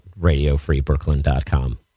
radiofreebrooklyn.com